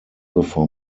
bevor